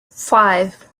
five